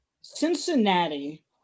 Cincinnati